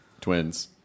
Twins